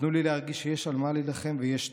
נתנו לי להרגיש שיש על מה להילחם ויש טעם.